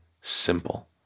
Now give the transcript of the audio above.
simple